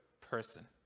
person